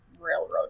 railroad